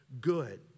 good